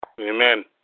Amen